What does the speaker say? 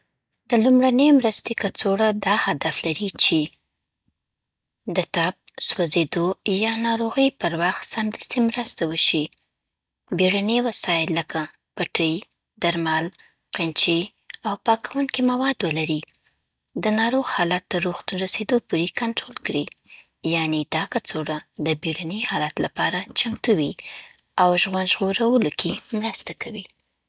د لومړنۍ مرستې کڅوړه دا هدف لري چې: د ټپ، سوځېدو، یا ناروغۍ پر وخت سمدستي مرسته وشي. بیړني وسایل لکه پټۍ، درمل، قینچي، او پاکوونکي مواد ولري. د ناروغ حالت تر روغتون رسېدو پورې کنټرول کړي. یعنې، دا کڅوړه د بیړني حالت لپاره چمتو وي او ژوند ژغورلو کې مرسته کوي